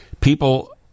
people